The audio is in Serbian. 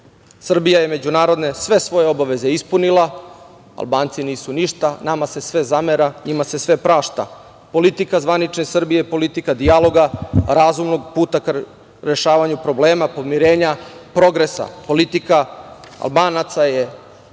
je međunarodne sve svoje obaveze ispunila, Albanci nisu ništa, nama se sve zamera, njima se sve prašta. Politika zvanične Srbije, politika dijaloga, razumnog puta ka rešavanje problema, pomirenja, progresa. Politika Albanaca je